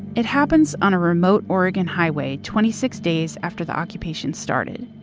it happens on a remote oregon highway twenty six days after the occupation started.